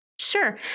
Sure